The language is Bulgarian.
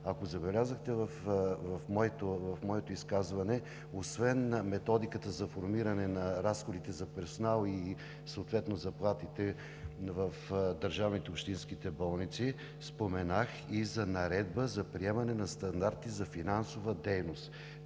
ако забелязахте в моето изказване, освен Методиката за формиране на разходите за персонал и съответно за заплатите в държавните и общинските болници, споменах и за наредба за приемане на стандарти за финансова дейност.